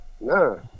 No